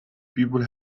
people